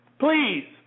Please